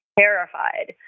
terrified